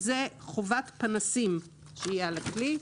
זאת חובת פנסים שיהיו על הכלי.